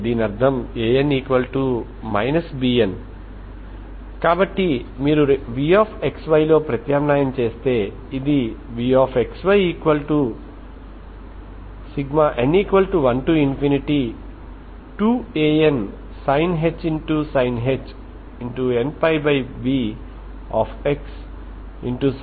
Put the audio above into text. కాబట్టి కొంత సమయం తర్వాత అది స్థిరమైన స్థితికి చేరుకుంటుంది కాబట్టి మనం దానిని t→∞ గా చూశాము మొదట్లో కొంత వేడి చేసిన ప్లేట్ వద్ద మొదట్లో ఉన్న ఉష్ణోగ్రతను కొనసాగిస్తూ ఉండండి చివరికి అది స్థిరంగా ఉండే స్థితి కనుక చివరికి t→∞ uxy∞0 గా మారుతుంది సరేనా